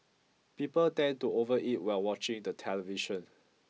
people tend to overeat while watching the television